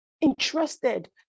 interested